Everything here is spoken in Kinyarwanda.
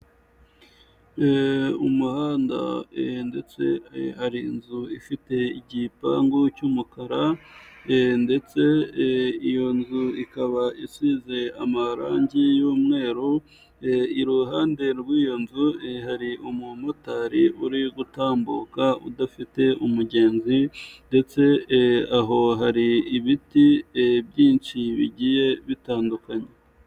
umuhanda ndetse hari inzu ifite igipangu cy'umukara. Ndetse iyo nzu ikaba isize amarangi y'umweru. Iruhande rw'iyo nzu hari umumotari uri gutambuka udafite umugenzizi. Ndetse aho hari ibiti byinshi bigiye bitandukanye.